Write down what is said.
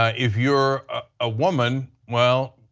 ah if you are a woman, well,